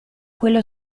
quello